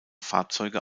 fahrzeuge